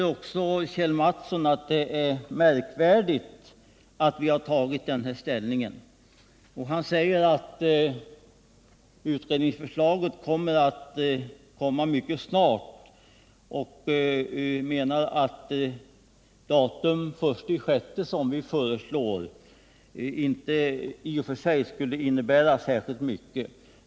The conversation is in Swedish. Nu tycker Kjell Mattsson att det är anmärkningsvärt att vi har tagit denna ställning. Han säger att utredningsförslaget kommer att föreligga mycket snart och menar att det datum, den 1 juli, som vi föreslår inte i och för sig skulle innebära särskilt stora förbättringar.